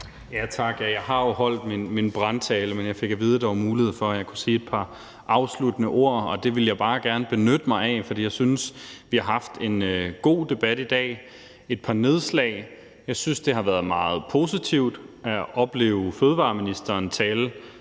Jeg har jo holdt min brandtale, men jeg fik at vide, at der var mulighed for, at jeg kunne sige et par afsluttende ord. Det ville jeg bare gerne benytte mig af, fordi jeg synes, at vi har haft en god debat i dag. Jeg vil komme med et par nedslag. Jeg synes, det har været meget positivt at opleve fødevareministeren tale